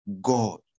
God